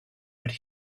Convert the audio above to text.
would